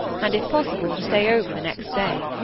and if possible to stay over the next day.